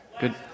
Good